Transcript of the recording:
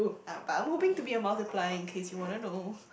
um but I moving to be a multiplying in case you wanna know